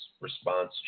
response